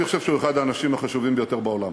אני חושב שהוא אחד האנשים החשובים ביותר בעולם.